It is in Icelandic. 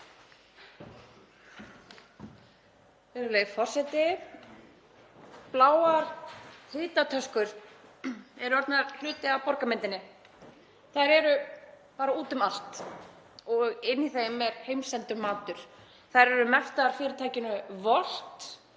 Virðulegi forseti. Bláar hitatöskur eru orðnar hluti af borgarmyndinni, þær eru úti um allt og inni í þeim er heimsendur matur. Þær eru merktar fyrirtækinu Wolt